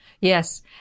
Yes